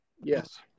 Yes